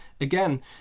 again